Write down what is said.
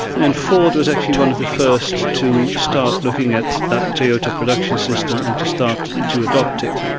and ford was actually one of the first to start looking at that toyota production system and to start to adopt it.